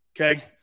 Okay